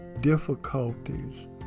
difficulties